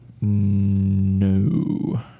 No